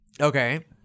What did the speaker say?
Okay